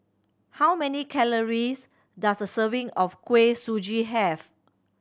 how many calories does a serving of Kuih Suji have